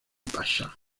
pasha